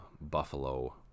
Buffalo